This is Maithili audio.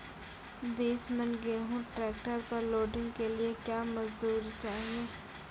बीस मन गेहूँ ट्रैक्टर पर लोडिंग के लिए क्या मजदूर चाहिए?